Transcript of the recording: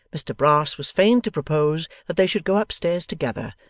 mr brass was fain to propose that they should go up stairs together,